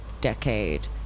decade